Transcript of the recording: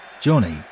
Johnny